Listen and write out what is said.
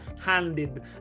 handed